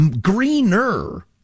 Greener